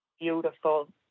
beautiful